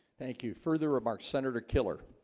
thank you further about senator killer